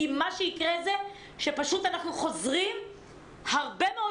כי מה שיקרה זה שפשוט אנחנו חוזרים הרבה מאוד